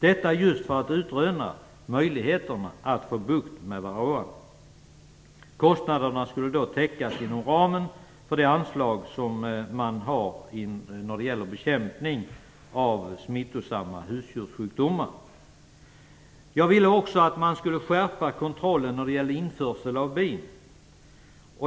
Detta skall göras just för att utröna möjligheterna att få bukt med varroa. Jag ville också att man skulle skärpa kontrollen när det gäller införsel av bin.